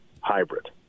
hybrid